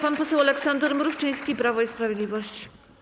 Pan poseł Aleksander Mrówczyński, Prawo i Sprawiedliwość.